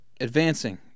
Advancing